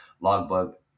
logbook